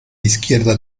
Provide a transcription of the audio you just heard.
izquierda